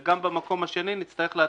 וגם במקום השני נצטרך לעדכן,